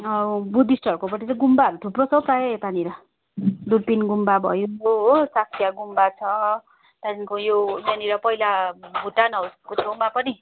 बुद्धिस्टहरूकोपट्टि चाहिँ गुम्बाहरू थुप्रो छ हौ प्राय यतानिर दुर्पिन गुम्बा भयो हो साख्या गुम्बा छ त्यहाँदेखिन्को यो त्यहाँनिर पहिला भुटान हाउसको छेउमा पनि छ अरे